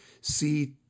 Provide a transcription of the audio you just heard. see